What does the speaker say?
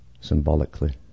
Symbolically